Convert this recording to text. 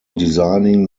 designing